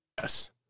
Yes